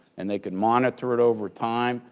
and they can monitor it over time.